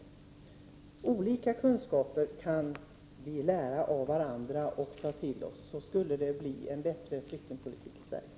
Med olika kunskaper kan vi lära av varandra, och då kan det bli en bättre flyktingpolitik i Sverige.